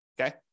Okay